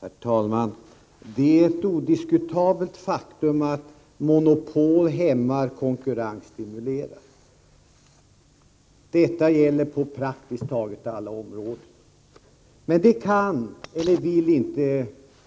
Herr talman! Det är ett odiskutabelt faktum att monopol hämmar och konkurrens stimulerar. Detta gäller på praktiskt taget alla områden. Men det kan, eller vill, inte